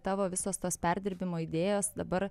tavo visos tos perdirbimo idėjos dabar